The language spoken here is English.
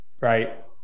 right